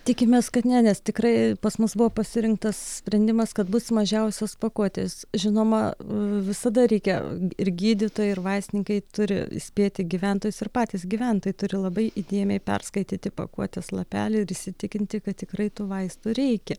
tikimės kad ne nes tikrai pas mus buvo pasirinktas sprendimas kad bus mažiausios pakuotės žinoma visada reikia ir gydytojai ir vaistininkai turi įspėti gyventojus ir patys gyventojai turi labai įdėmiai perskaityti pakuotės lapelį ir įsitikinti kad tikrai tų vaistų reikia